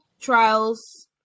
trials